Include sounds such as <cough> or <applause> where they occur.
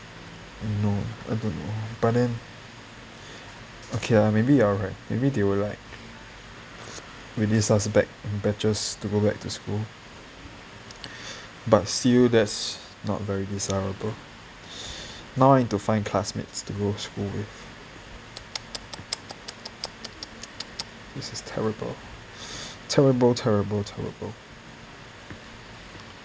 I know I don't know but then okay ya maybe you're right maybe they were right release us back batches to go back to school but still that's not very desirable now I need to find classmates to go school with <noise> this is terrible terrible terrible terrible